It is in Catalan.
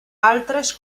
altres